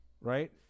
Right